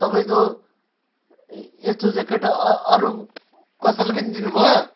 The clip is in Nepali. तपाईँको यस्तो ज्याकेट अ अरू कसैलाई पनि दिनु भयो